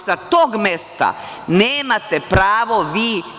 Sa tog mesta nemate pravo vi.